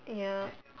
ya